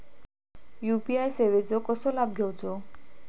UPI सेवाचो कसो लाभ घेवचो?